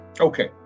Okay